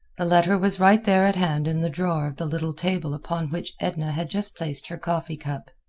the letter was right there at hand in the drawer of the little table upon which edna had just placed her coffee cup.